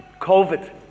COVID